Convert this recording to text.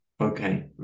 Okay